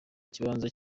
kibanza